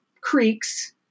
creeks